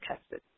tested